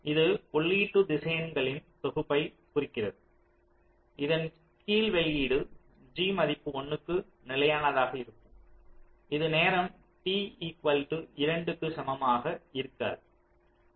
இது உள்ளீட்டு திசையன்களின் தொகுப்பைக் குறிக்கிறது இதன் கீழ் வெளியீடு g மதிப்பு 1 க்கு நிலையானதாக இருக்கும் இது நேரம் t2 க்கு சமமாக இருக்காது